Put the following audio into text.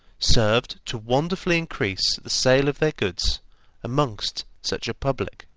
served to wonderfully increase the sale of their goods amongst such a public.